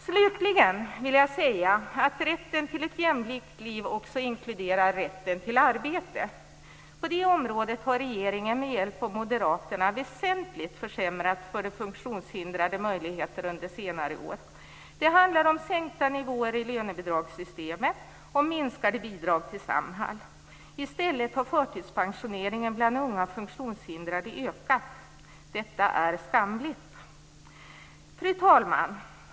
Slutligen vill jag säga att rätten till ett jämlikt liv också inkluderar rätten till arbete. På det området har regeringen med hjälp av moderaterna väsentligt försämrat de funktionshindrades möjligheter under senare år. Det handlar om sänkta nivåer i lönebidragssystemet, om minskade bidrag till Samhall. I stället har förtidspensioneringen bland unga funktionshindrade ökat. Detta är skamligt. Fru talman!